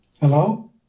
Hello